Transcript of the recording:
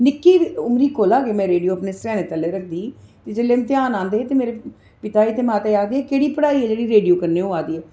निक्की उमरी कोला गै में रेडियो अपने सर्हैने थल्लै रखदी ही ते जिसलै इम्तेहान औंदे हे ते मेरे पिता जी ते मेरी माता जी आखदे हे एह् केह्ड़ी पढाई ऐ जेह्ड़ी रेडियो कन्नै होआ दी ऐ